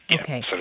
Okay